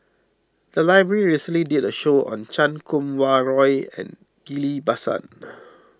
the library recently did a show on Chan Kum Wah Roy and Ghillie Basan